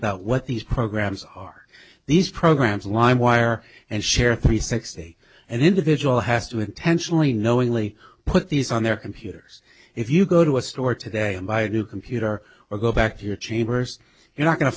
about what these programs are these programs lime wire and share three sixty and individual has to intentionally knowingly put these on their computers if you go to a store today and buy a new computer or go back to your chambers you're not go